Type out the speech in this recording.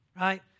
right